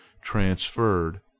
transferred